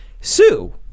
Sue